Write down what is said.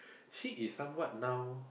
she is somewhat now